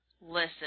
Listen